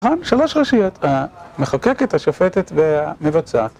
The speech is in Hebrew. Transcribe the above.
שלוש רשויות, המחוקקת, השופטת והמבצעת.